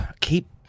keep